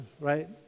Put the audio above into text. right